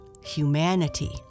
humanity